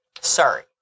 sorry